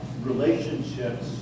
relationships